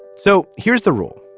so here's the rule.